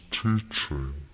teaching